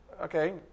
Okay